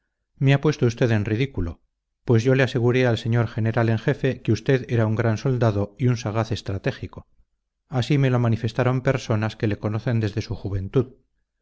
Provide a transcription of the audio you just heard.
me ha puesto usted en ridículo pues yo le aseguré al señor general en jefe que usted era un gran soldado y un sagaz estratégico así me lo manifestaron personas que le conocen desde su juventud